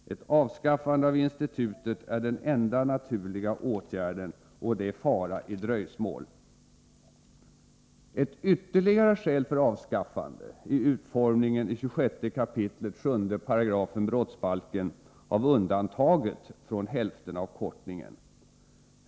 Ett avskaffande av institutet är den enda naturliga åtgärden — och det är fara i dröjsmål. Ett ytterligare skäl för avskaffande är utformningen i 26kap. 7§ brottsbalken av undantaget från hälftenavkortningen.